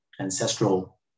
Ancestral